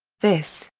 this,